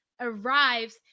arrives